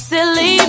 Silly